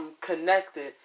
connected